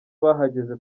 bahageze